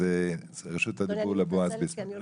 אז רשות הדיבור לבועז ביסמוט.